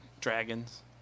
dragons